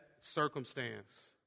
circumstance